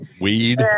Weed